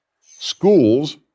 schools